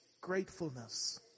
gratefulness